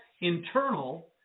internal